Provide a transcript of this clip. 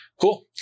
Cool